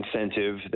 incentive